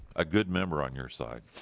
a good member on your side.